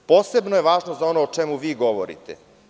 Posebno je važno za ono o čemu vi govorite.